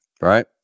right